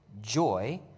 joy